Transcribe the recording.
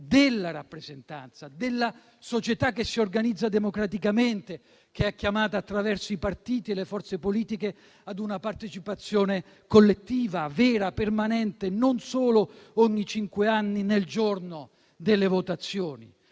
della rappresentanza, della società che si organizza democraticamente, che è chiamata - attraverso i partiti e le forze politiche - ad una partecipazione collettiva, vera, permanente, non solo ogni cinque anni nel giorno del voto;